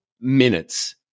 minutes